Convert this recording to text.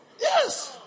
yes